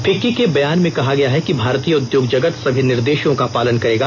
FICCI के बयान में कहा गया है कि भारतीय उद्योग जगत सभी निर्देशों का पालन करेगा